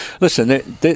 listen